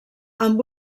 amb